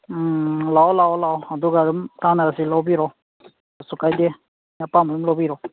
ꯎꯝ ꯂꯥꯛꯑꯣ ꯂꯥꯛꯑꯣ ꯂꯥꯛꯑꯣ ꯑꯗꯨꯒ ꯑꯗꯨꯝ ꯀꯥꯟꯅꯕꯁꯤ ꯂꯧꯕꯤꯔꯣ ꯀꯔꯤꯁꯨ ꯀꯥꯏꯗꯦ ꯑꯄꯥꯝꯕ ꯑꯗꯨꯝ ꯂꯧꯕꯤꯔꯣ